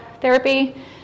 therapy